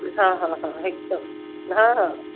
हा हा हा हिकदमि हा हा